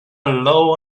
low